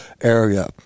area